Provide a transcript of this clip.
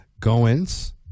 Goins